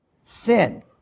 Sin